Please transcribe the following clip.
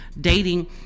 Dating